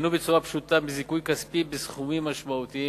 ייהנו בצורה פשוטה מזיכוי כספי בסכומים משמעותיים.